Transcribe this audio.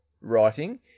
writing